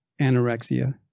anorexia